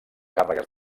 càrregues